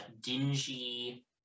dingy